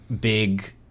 big